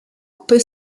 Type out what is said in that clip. peut